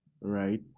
right